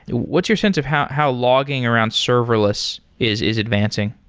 what's your sense of how how logging around serverless is is advancing?